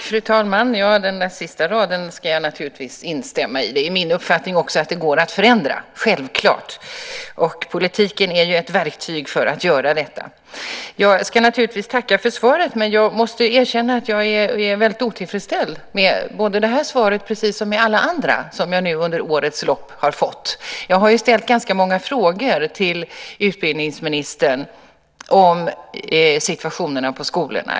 Fru talman! Det sista ska jag naturligtvis instämma i. Det är självklart min uppfattning att det går att förändra. Politiken är ett verktyg för att göra detta. Jag ska naturligtvis tacka för svaret, men jag måste erkänna att jag är otillfredsställd både med det här svaret och med alla andra svar som jag under årets lopp har fått. Jag har ställt ganska många frågor till utbildningsministern om situationen på skolorna.